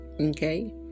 okay